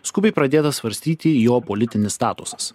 skubiai pradėtas svarstyti jo politinis statusas